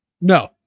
No